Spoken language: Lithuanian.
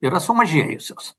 yra sumažėjusios